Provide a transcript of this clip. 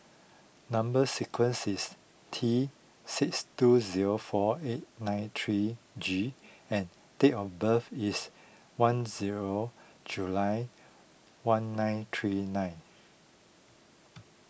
Number Sequence is T six two zero four eight nine three G and date of birth is one zero July one nine three nine